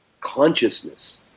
consciousness